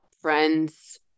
friends